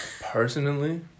Personally